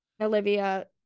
olivia